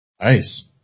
Nice